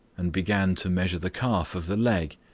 and began to measure the calf of the leg,